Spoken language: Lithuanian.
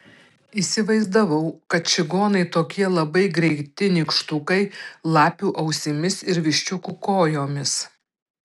įsivaizdavau kad čigonai tokie labai greiti nykštukai lapių ausimis ir viščiukų kojomis